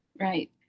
Right